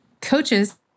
coaches